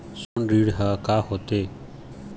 सोना ऋण हा का होते?